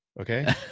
Okay